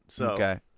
Okay